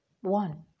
One